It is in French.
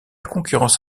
concurrence